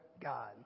God